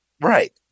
right